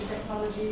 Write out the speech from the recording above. technology